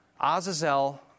Azazel